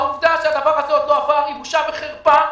העובדה שהדבר הזה עוד לא עבר - בושה וחרפה.